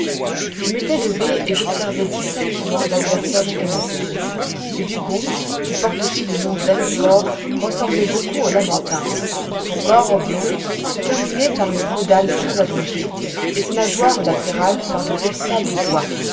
je m'étais levé et j'observais distinctement l'adversaire du canadien ce dugong qui porte aussi le nom d'halicore ressemblait beaucoup au lamantin son corps oblong se terminait par une caudale très allongée et ses nageoires latérales par de véritables doigts